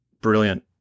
brilliant